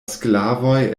sklavoj